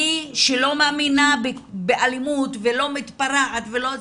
אני, שלא מאמינה באלימות ולא מתפרעת ולא זה,